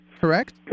correct